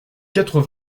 quatre